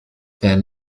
van